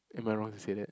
am I wrong to say that